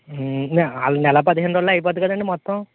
వాళ్ళ నెల పదిహేను రోజుల్లో అయిపోతుంది కదండీ మొత్తం